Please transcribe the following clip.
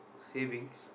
savings